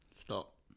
Stop